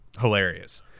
hilarious